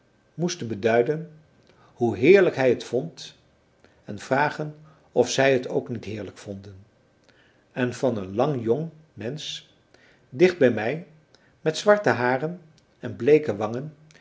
moesten beduiden hoe heerlijk hij het vond en vragen of zij het ook niet heerlijk vonden en van een lang jong mensch dicht bij mij met zwarte haren en bleeke wangen